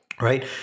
right